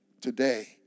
today